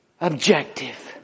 objective